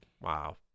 Wow